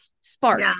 spark